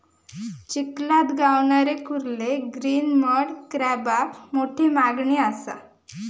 चिखलात गावणारे कुर्ले ग्रीन मड क्रॅबाक मोठी मागणी असा